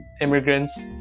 immigrants